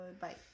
Bye